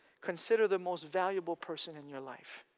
consider the most valuable person in your life,